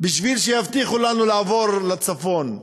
בשביל שיבטיחו לנו לעבור לצפון,